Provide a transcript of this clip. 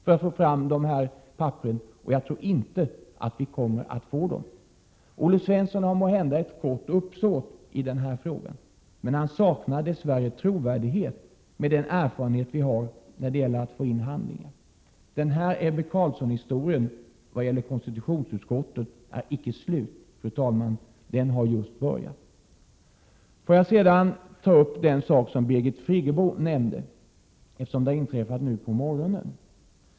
Jag tror dock inte att vi kommer att få dem. Olle Svensson har måhända gott uppsåt i den här frågan, men han saknar dess värre trovärdighet med den erfarenhet som vi har av att få in handlingar. Ebbe Carlsson-historien är, såvitt den gäller konstitutionsutskottet, inte slut, fru talman, den har just börjat! Birgit Friggebo nämnde en sak som har inträffat nu på morgonen.